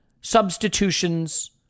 substitutions